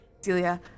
Celia